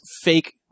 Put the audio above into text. fake